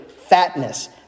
fatness